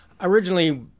Originally